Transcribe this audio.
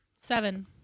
Seven